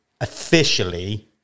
officially